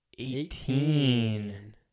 Eighteen